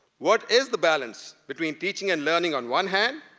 what is the balance between teaching and learning on one hand,